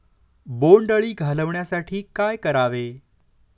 बोंडअळी घालवण्यासाठी काय करावे?